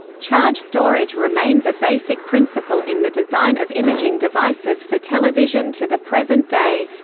charge storage remains a basic principle in the design of imaging devices for television to the present day.